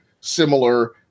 similar